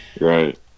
Right